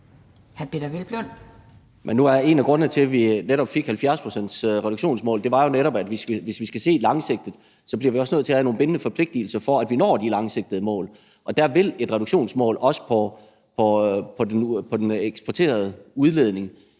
en af grundene til, at vi netop fik 70-procentsreduktionsmålet, er, at hvis vi skal se langsigtet, bliver vi også nødt til at have nogle bindende forpligtelser, så vi når de langsigtede mål. Og der vil et reduktionsmål, også på den eksporterede udledning,